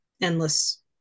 endless